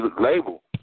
label